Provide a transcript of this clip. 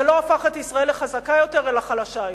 זה לא הפך את ישראל לחזקה יותר אלא חלשה יותר.